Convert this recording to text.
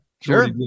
Sure